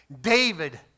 David